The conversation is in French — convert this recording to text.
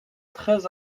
très